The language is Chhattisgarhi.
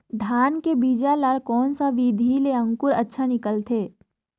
धान के बीजा ला कोन सा विधि ले अंकुर अच्छा निकलथे?